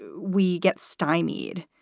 we get stymied.